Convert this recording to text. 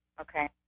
Okay